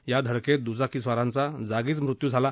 या धडकेत दुचाकीस्वारांचा जागीच मृत्यू झाला